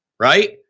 right